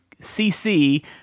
CC